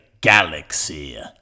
galaxy